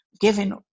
given